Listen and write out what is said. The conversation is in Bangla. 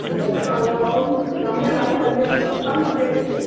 বক্স আলনা ওই দাম ফেলা আছে তাহলে দেখতে হবে থামো দেখছি